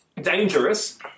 dangerous